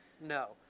No